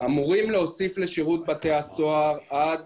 אמורים להוסיף לשירות בתי הסוהר עד